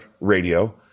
Radio